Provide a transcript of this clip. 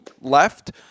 left